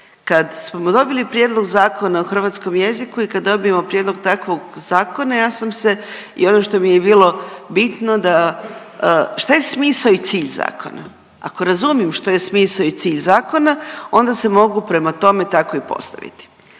Kad smo dobili Prijedlog Zakona o hrvatskom jeziku i kad dobijemo prijedlog takvog zakona, ja sam se i ono što mi je bilo bitno, da, šta je smisao i cilj zakona? Ako razumijem šta je smisao i cilj zakona, onda se mogu prema tome tako i postaviti.